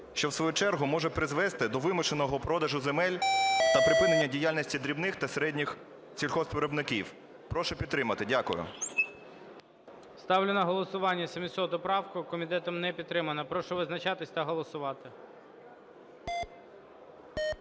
що в свою чергу може призвести до вимушеного продажу земель та припинення діяльності дрібних та середніх сільгоспвиробників. Прошу підтримати. Дякую. ГОЛОВУЮЧИЙ. Ставлю на голосування 700 правку. Комітетом не підтримана. Прошу визначатися та голосувати.